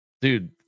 dude